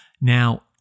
Now